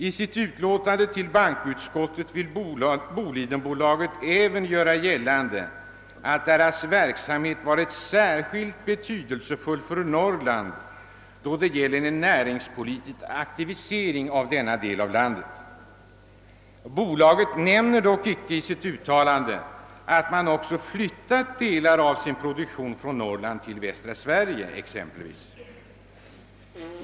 Bolidenbolaget hävdar i sitt utlåtande även att dess verksamhet varit särskilt betydelsefull för Norrland då det gällt en näringspolitisk aktivisering av denna del av landet. Bolaget nämner dock icke att man också flyttat delar av sin produktion från Norrland, exempelvis till västra Sverige.